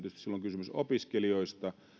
kysymys opiskelijoista